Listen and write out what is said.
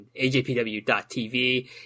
ajpw.tv